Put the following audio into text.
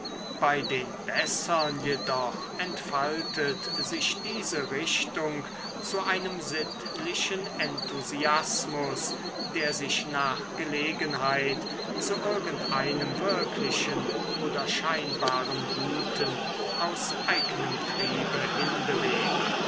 bei den bessern jedoch entfaltet sich diese richtung zu einem sittlichen enthusiasmus der sich nach gelegenheit zu irgend einem wirklichen oder scheinbaren guten aus eignem triebe hinbewegt